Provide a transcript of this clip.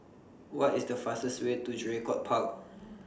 What IS The fastest Way to Draycott Park